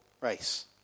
race